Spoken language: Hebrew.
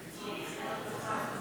בבקשה.